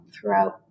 Throughout